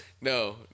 no